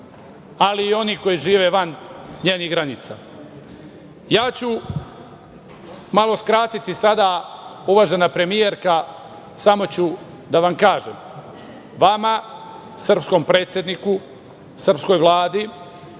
ali i onih koji žive van njenih granica. Malo ću skratiti sada, uvažena premijerka, samo ću da vam kažem - vama, srpskom predsedniku, srpskoj Vladi